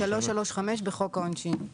3(3)(5) בחוק העונשין.